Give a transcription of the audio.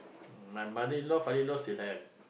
my mother-in-law father-in-law still have